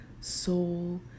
soul